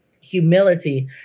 humility